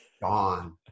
gone